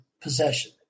possession